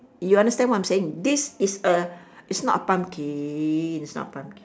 you understand what I'm saying this is a it's not a pumpkin it's not a pumpkin